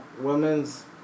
Women's